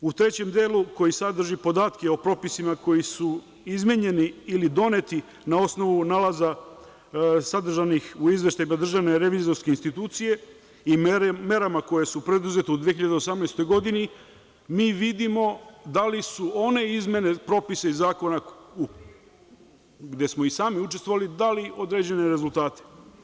U trećem delu, koji sadrži podatke o propisima koji su izmenjeni ili doneti na osnovu nalaza sadržanih u izveštajima DRI i merama koje su preduzete u 2018. godini, mi vidimo da li su one izmene propisa i zakona, gde smo i sami učestvovali, dali određene rezultate.